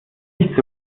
nicht